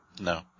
No